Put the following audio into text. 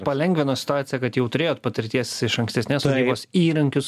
palengvino situaciją kad jau turėjot patirties iš ankstesnės sodybos įrankius